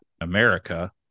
America